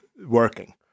working